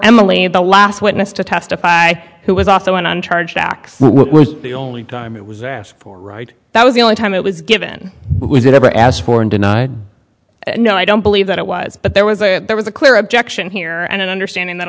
had the last witness to testify who was also in on charge acts were the only time it was asked for right that was the only time it was given was it ever asked for and denied no i don't believe that it was but there was a there was a clear objection here and an understanding that